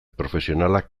profesionalak